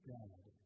God